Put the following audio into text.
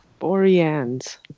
Boreans